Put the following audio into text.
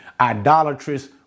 idolatrous